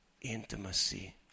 intimacy